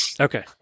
Okay